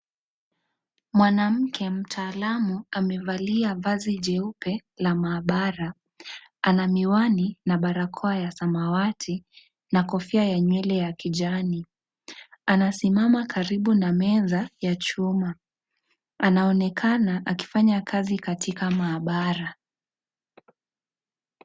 Mwanamke mtaalamu amevalia vazi jeupe la maabara, ana miwani na barakoa ya samawati, na kofia ya nywele ya kijani, anasimama karibu na meza ya chuma, anaonekana akifanya kazi katika maabara.